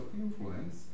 influence